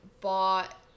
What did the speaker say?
bought